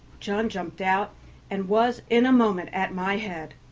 john jumped out and was in a moment at my head.